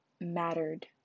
mattered